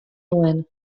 nuen